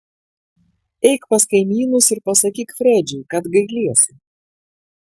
eik pas kaimynus ir pasakyk fredžiui kad gailiesi